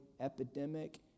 epidemic